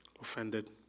offended